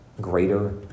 greater